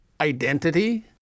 identity